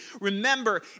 Remember